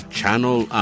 Channel